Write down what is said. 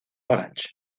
orange